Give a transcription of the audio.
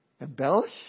Embellish